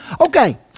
okay